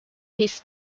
his